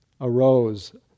arose